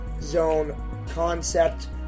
zone-concept